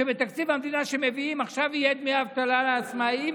שבתקציב המדינה שמביאים עכשיו יהיה דמי אבטלה לעצמאים,